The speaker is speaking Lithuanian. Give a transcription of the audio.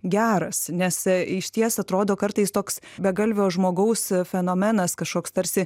geras nes išties atrodo kartais toks begalvio žmogaus fenomenas kažkoks tarsi